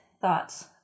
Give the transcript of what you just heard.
thoughts